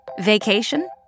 Vacation